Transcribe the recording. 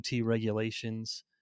regulations